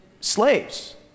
slaves